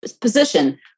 position